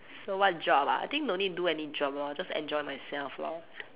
so what job ah I think no need do any job lor just enjoy myself lor